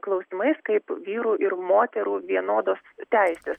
klausimais kaip vyrų ir moterų vienodos teisės